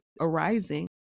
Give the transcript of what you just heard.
arising